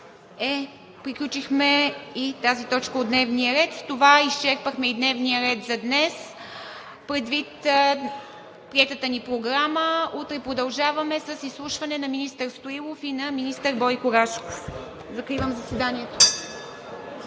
Приключихме и тази точка от дневния ред. С това изчерпахме и дневния ред за днес. Предвид приетата ни Програма, утре продължаваме с изслушване на министър Янаки Стоилов и министър Бойко Рашков. Закривам заседанието.